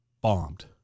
bombed